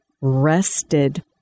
rested